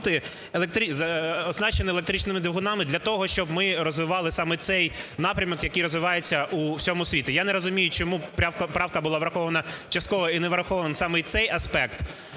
бути оснащені електричними двигунами для того, щоб ми розвивали заме цей напрямок, який розвивається у всьому світі. Я не розумію, чому поправка була врахована частково і не врахований саме цей аспект